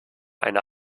eine